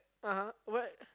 ah !huh! what